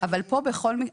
אבל פה בכל מקרה,